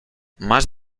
más